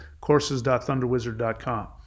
courses.thunderwizard.com